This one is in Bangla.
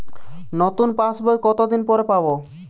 নতুন পাশ বই কত দিন পরে পাবো?